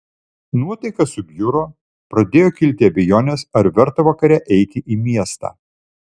nuotaika subjuro pradėjo kilti abejonės ar verta vakare eiti į miestą